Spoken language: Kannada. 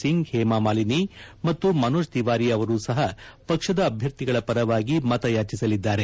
ಸಿಂಗ್ ಹೇಮಾಮಾಲಿನಿ ಮತ್ತು ಮನೋಜ್ ತಿವಾರಿ ಅವರೂ ಸಹ ಪಕ್ಷದ ಅಭ್ಯರ್ಥಿಗಳ ಪರವಾಗಿ ಮತಯಾಚಿಸಲಿದ್ದಾರೆ